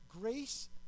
grace